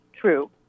true